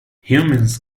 humans